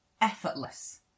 effortless